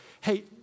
Hey